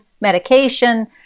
medication